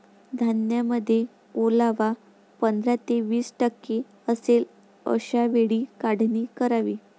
धान्यामध्ये ओलावा पंधरा ते वीस टक्के असेल अशा वेळी काढणी करावी